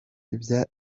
ibya